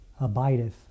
abideth